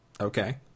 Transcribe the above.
Okay